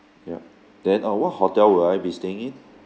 ya then uh what hotel will I be staying in